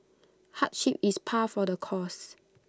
hardship is par for the course